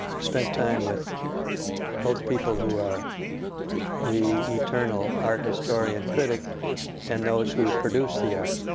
spent time with both people who are the eternal art historian critic and those who produce the art.